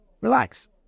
Relax